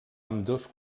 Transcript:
ambdós